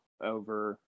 over